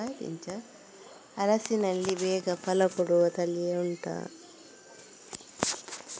ಹಲಸಿನಲ್ಲಿ ಬೇಗ ಫಲ ಕೊಡುವ ತಳಿ ಉಂಟಾ